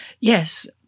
Yes